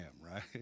right